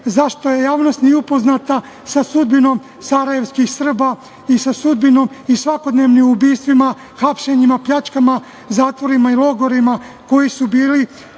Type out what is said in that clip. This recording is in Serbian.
zašto javnost nije upoznata sa sudbinom sarajevskih Srba i sa sudbinom i svakodnevnim ubistvima, hapšenjima, pljačkama, zatvorima i logorima koji su bili